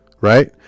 Right